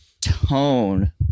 tone